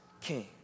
king